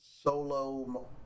Solo